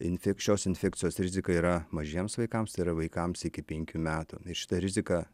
infik šios infekcijos rizika yra mažiems vaikams tai yra vaikams iki penkių metų ir šita rizika